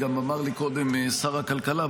אמר לי קודם שר הכלכלה,